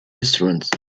restaurant